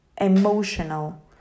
emotional